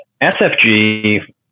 SFG